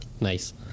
Nice